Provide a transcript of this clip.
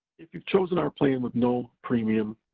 if you've chosen our plan with no premium,